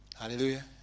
Hallelujah